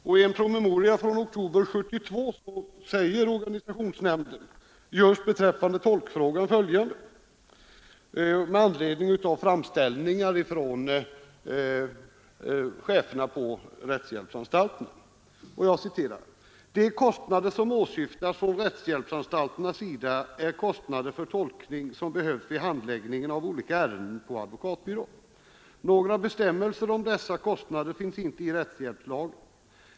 I en promemoria från oktober 1972 säger organisationsnämnden just beträffande tolkfrågan följande med anledning av framställningar från cheferna för rättshjälpsanstalterna: ”De kostnader som åsyftas från rättshjälpsanstalternas sida är kostnader för tolkning som behövs vid handläggningen av olika ärenden på advokatbyrå. Några bestämmelser om dessa kostnader finns inte i rättshjälpslagen.